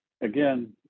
again